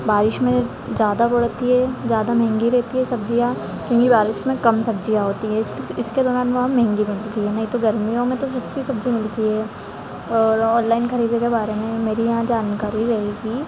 बारिश में जब ज़्यादा बूड़ती है ज़्यादा महंगी रहती है सब्जियां इतनी बारिश में कम होती है सब्जियां होती है इस इसके दौरान वहाँ महंगी मिलती है नहीं तो गर्मियों में तो सस्ती सब्जी मिलती है और ओनलाइन खरीदने के बारे में मेरी यहाँ जानकारी रही थी